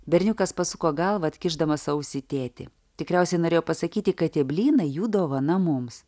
berniukas pasuko galvą atkišdamas ausį į tėtį tikriausiai norėjo pasakyti kad tie blynai jų dovana mums